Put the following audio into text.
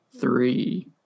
three